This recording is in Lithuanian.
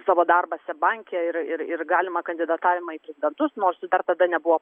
savo darbą seb banke ir ir ir galimą kandidatavimą į prezidentus nors dar tada nebuvo